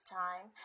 time